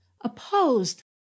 opposed